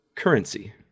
currency